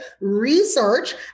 research